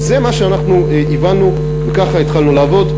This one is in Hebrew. וזה מה שאנחנו הבנו וככה התחלנו לעבוד.